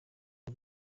y’u